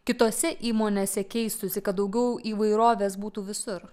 kitose įmonėse keistųsi kad daugiau įvairovės būtų visur